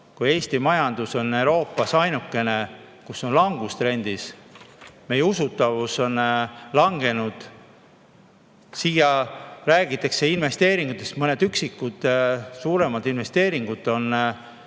kui Eesti majandus on Euroopas ainukene, mis on languses. Meie usutavus on langenud. Räägitakse investeeringutest – mõned üksikud suuremad investeeringud on siia